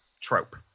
trope